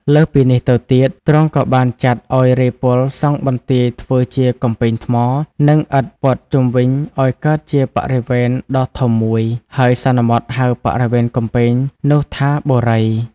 លើសពីនេះទៅទៀត ទ្រង់ក៏បានចាត់ឲ្យរេហ៍ពលសង់បន្ទាយធ្វើជាកំពែងថ្ម និងឥដ្ឋព័ទ្ធជុំវិញឲ្យកើតជាបរិវេណដ៏ធំមួយ ហើយសន្មតហៅបរិវេណកំពែងនោះថា "បូរី"។